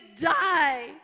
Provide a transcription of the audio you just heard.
die